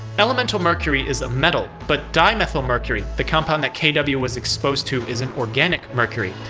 elemental mercury is a metal. but dimethylmercury, the compound kw was exposed to is an organic mercury,